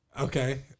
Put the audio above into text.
Okay